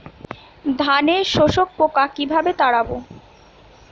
ধানে শোষক পোকা কিভাবে তাড়াব?